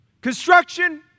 Construction